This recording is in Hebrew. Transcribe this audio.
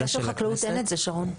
בחקיקה של חקלאות אין את זה, שרון.